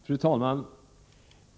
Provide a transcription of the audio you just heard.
Fru talman!